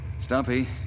Stumpy